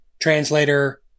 translator